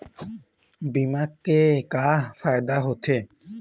बीमा के का फायदा होते?